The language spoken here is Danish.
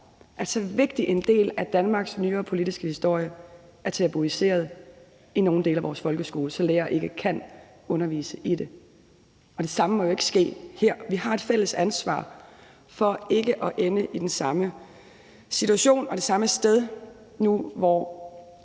at så vigtig en del af Danmarks nyere politiske historie er tabuiseret i nogle dele af vores folkeskole, så lærere ikke kan undervise i det. Det samme må jo ikke ske her. Vi har et fælles ansvar for ikke at ende i den samme situation og det samme sted nu, hvor